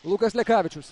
lukas lekavičius